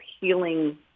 healing